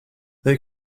they